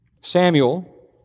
Samuel